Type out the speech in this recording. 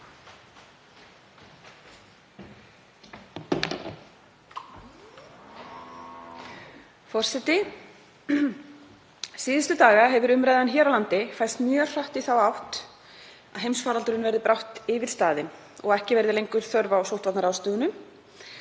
Forseti. Síðustu daga hefur umræðan hér á landi færst mjög hratt í þá átt að heimsfaraldurinn verði brátt yfirstaðinn og ekki verði lengur þörf á sóttvarnaráðstöfunum.